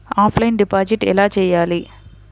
Offline deposit ఎలా చేయాలి?